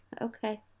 okay